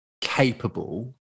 capable